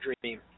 dream